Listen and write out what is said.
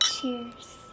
cheers